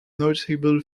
notable